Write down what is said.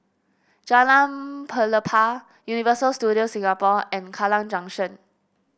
Jalan Pelepah Universal Studios Singapore and Kallang Junction